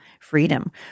freedom